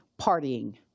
partying